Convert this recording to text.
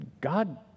God